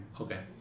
Okay